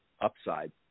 upside